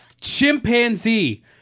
chimpanzee